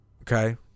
okay